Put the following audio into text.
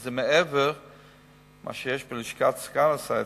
וזה מעבר למה שיש בלשכת סגן השר,